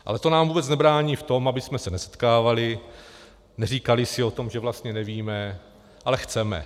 Ale to nám vůbec nebrání v tom, abychom se nesetkávali, neříkali si o tom, že vlastně nevíme, ale chceme.